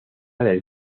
del